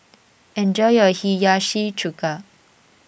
enjoy your Hiyashi Chuka